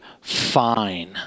fine